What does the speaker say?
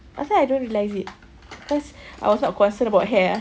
apasal I don't realise it because I was not concerned about hair ah